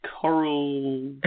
coral